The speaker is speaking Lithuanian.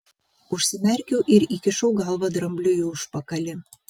užsimerkiau ir įkišau galvą drambliui į užpakalį